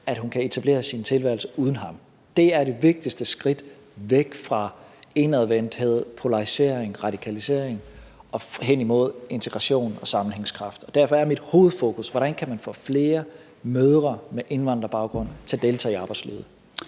at hun kan etablere sin tilværelse uden ham. Det er det vigtigste skridt væk fra indadvendthed, polarisering, radikalisering og hen imod integration og sammenhængskraft. Derfor er mit hovedfokus, hvordan man kan få flere mødre med indvandrerbaggrund til at deltage i arbejdslivet.